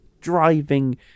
driving